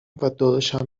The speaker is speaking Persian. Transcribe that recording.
داداشم